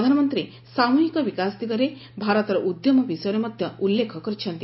ପ୍ରଧାନମନ୍ତ୍ରୀ ସାମୃହିକ ବିକାଶ ଦିଗରେ ଭାରତର ଉଦ୍ୟମ ବିଷୟରେ ମଧ୍ୟ ଉଲ୍ଲେଖ କରିଛନ୍ତି